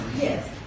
Yes